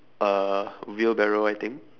a wheelbarrow I think